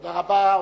תודה רבה.